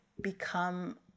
become